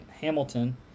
Hamilton